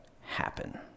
happen